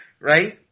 right